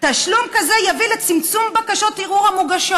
תשלום כזה יביא לצמצום בקשות ערעור המוגשות,